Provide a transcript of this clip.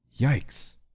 Yikes